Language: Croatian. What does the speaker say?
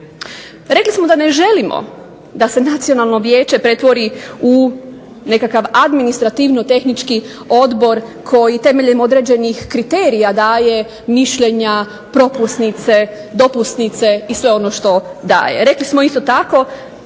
Rekli smo da ne želimo da se Nacionalno vijeće pretvori u nekakav administrativno-tehnički odbor koji temeljem određenih kriterija daje mišljenja, propusnice, dopusnice i sve ono što daje. Rekli smo isto tako